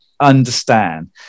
understand